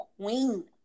queen